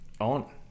on